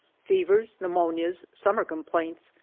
fevers, pneu monias, summer complaints,